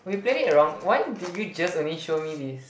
we played it the wrong why did you just only show me this